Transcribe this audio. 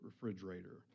refrigerator